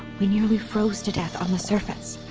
we nearly froze to death on the surface.